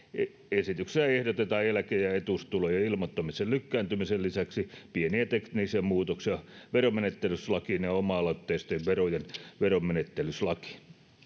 esityksessä ehdotetaan eläke ja etuustulojen ilmoittamisen lykkääntymisen lisäksi pieniä teknisiä muutoksia verotusmenettelylakiin ja ja oma aloitteisten verojen verotusmenettelylakiin